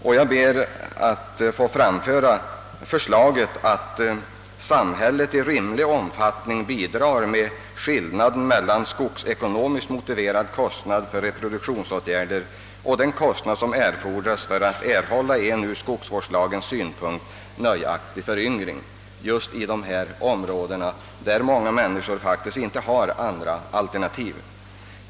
Och jag ber att få framföra förslaget att samhället i rimlig omfattning bidrar med skillnaden mellan skogsekonomiskt motiverad kostnad för reproduktionsåtgärder och den kostnad som erfordras för att erhålla en ur skogsvårdslagen:s synpunkt mnöjaktig föryngring i desse områden, där många människor fak: tiskt inte har något annat alternativ än arbete i skogen.